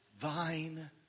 thine